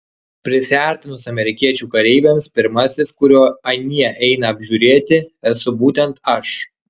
prisiartinus amerikiečių kareiviams pirmasis kurio anie eina apžiūrėti esu būtent aš